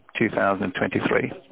2023